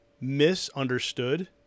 misunderstood